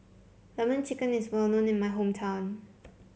lemon chicken is well known in my hometown